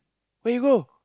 where you go